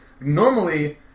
Normally